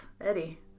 Eddie